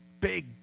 big